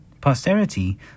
Posterity